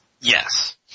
Yes